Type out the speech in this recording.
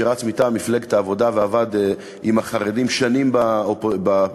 שרץ מטעם מפלגת העבודה ועבד עם החרדים שנים בקואליציה,